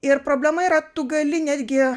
ir problema yra tu gali netgi